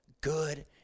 good